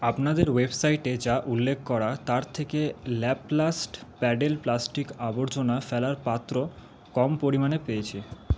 আপনাদের ওয়েবসাইটে যা উল্লেখ করা তার থেকে ল্যাপ্লাস্ট প্যাডেল প্লাস্টিক আবর্জনা ফেলার পাত্র কম পরিমাণে পেয়েছে